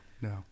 no